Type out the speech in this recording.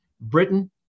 Britain